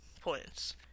points